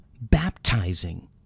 baptizing